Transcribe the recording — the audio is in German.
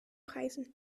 preisen